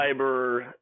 cyber